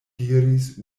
diris